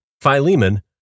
Philemon